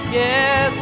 yes